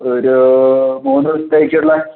ഒരു മൂന്ന് ദിവസത്തേക്ക് ഉള്ള